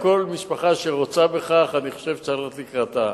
כל משפחה שרוצה בכך, אני חושב שצריך ללכת לקראתה.